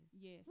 Yes